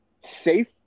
safe